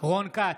רון כץ,